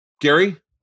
Gary